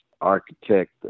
architect